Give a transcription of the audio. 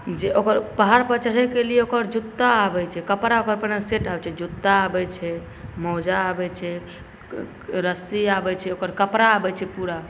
जे ओकर पहाड़पर चढ़ैकेलिए ओकर जूता आबै छै कपड़ा ओकर पहिने सेट आबै छै जूता आबै छै मौजा आबै छै रस्सी आबै छै ओकर कपड़ा आबै छै पूरा